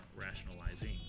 rationalizing